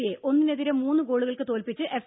C യെ ഒന്നിനെതിരെ മൂന്ന് ഗോളുകൾക്ക് തോൽപ്പിച്ച് എഫ്